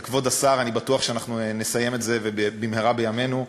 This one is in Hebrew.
כבוד השר, אני בטוח שנסיים את זה במהרה בימינו.